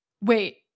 wait